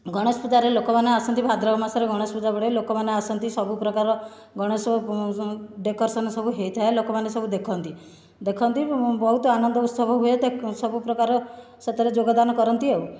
ଗଣେଶ ପୂଜାରେ ଲୋକମାନେ ଆସନ୍ତି ଭାଦ୍ରବ ମାସରେ ଗଣେଶ ପୂଜା ପଡ଼େ ଲୋକମାନେ ଆସନ୍ତି ସବୁପ୍ରକାର ଗଣେଶ ଡେକୋରେସନ୍ ସବୁ ହୋଇଥାଏ ଲୋକମାନେ ସବୁ ଦେଖନ୍ତି ଦେଖନ୍ତି ବହୁତ ଆନନ୍ଦ ଉତ୍ସବ ହୁଏ ସବୁପ୍ରକାର ସେଥିରେ ଯୋଗଦାନ କରନ୍ତି ଆଉ